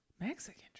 Mexican